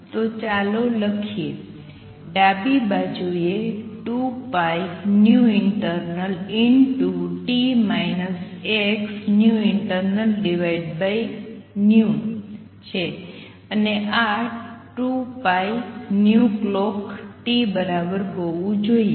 તો ચાલો લખીએ ડાબી બાજુએ 2πinternalt xinternalv છે અને આ 2πclockt બરાબર હોવું જોઈએ